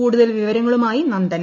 കൂടുതൽ വിവരങ്ങളുമായി നന്ദന